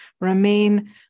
remain